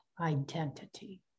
identity